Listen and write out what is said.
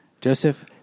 Joseph